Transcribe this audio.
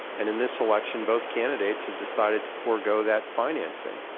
and in this election, both candidates have decided to forego that financing.